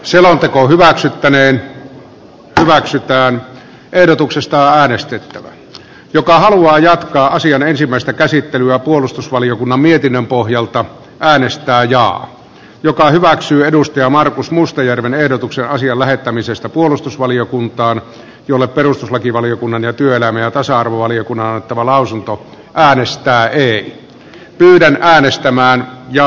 selonteko hyväksyttäneen väheksytään ehdotuksestaan ristittävä joka haluaa jatkaa asian ensimmäistä käsittelyä puolustusvaliokunnan mietinnön pohjalta päällystää ideaa joka hyväksyy edustaja markus mustajärven ehdotuksen asian lähettämisestä puolustusvaliokuntaan jolle perustuslakivaliokunnan ja työlään ja tasa arvovaliokunnaltava lausunto päällystää eli miten äänestämään ja